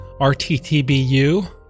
RTTBU